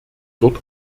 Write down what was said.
dort